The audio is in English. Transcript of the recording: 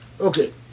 Okay